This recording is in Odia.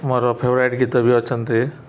ମୋର ଫେଭରାଇଟ୍ ଗୀତ ବି ଅଛନ୍ତି